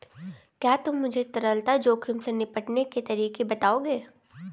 क्या तुम मुझे तरलता जोखिम से निपटने के तरीके बताओगे?